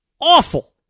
awful